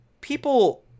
people